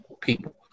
people